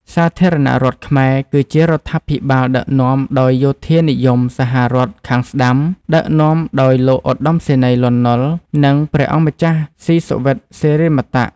សាធារណរដ្ឋខ្មែរ គឺជារដ្ឋាភិបាលដឹកនាំដោយយោធានិយមសហរដ្ឋខាងស្តាំ ដឹកនាំដោយលោកឧត្តមសេនីយ៍លន់ នុល និងព្រះអង្គម្ចាស់សុីសុវិត សិរីមតៈ។